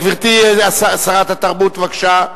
גברתי שרת התרבות, בבקשה.